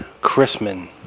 Chrisman